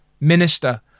Minister